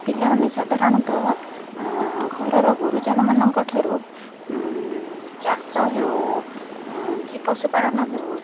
ପିଲାମାନେ ସାଧାରଣତଃ ଘରର ଗୁରୁଜନମାନଙ୍କ ଠାରୁ ଚାଷ ହେଉ କି ପଶୁପାଳନ ହେଉ